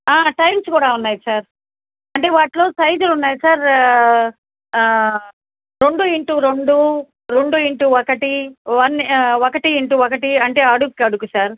tiles కూడా ఉన్నాయి sir అంటే వాటిలో సైజులు ఉన్నాయి సార్ రెండు ఇంటూ రెండు రెండు ఇంటూ ఒకటి వన్ ఒకటి ఇంటూ ఒకటి అంటే అడుగుకి అడుగు సార్